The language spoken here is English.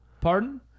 Pardon